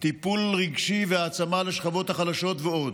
טיפול רגשי והעצמה לשכבות החלשות ועוד,